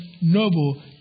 noble